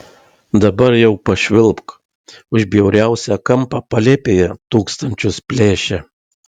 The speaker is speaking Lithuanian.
dabar jau pašvilpk už bjauriausią kampą palėpėje tūkstančius plėšia